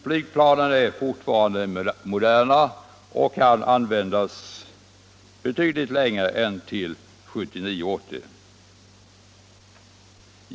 Flygplanen är fortfarande moderna och kan användas betydligt längre än till 1979/80.